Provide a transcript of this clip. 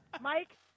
Mike